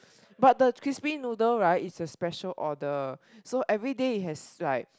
but the crispy noodle right is a special order so every day it has like